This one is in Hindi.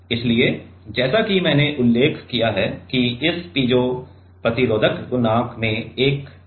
इसलिए जैसा कि मैंने उल्लेख किया है कि इस पीजो प्रतिरोधक गुणांक में एक दिशात्मक गुण है